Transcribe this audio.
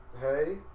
hey